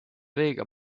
veega